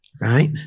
right